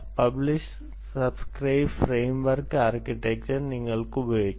publish subscribe framework architecture നിങ്ങൾക്ക് ഉപയോഗിക്കാം